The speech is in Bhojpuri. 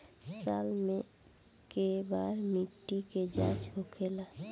साल मे केए बार मिट्टी के जाँच होखेला?